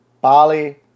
Bali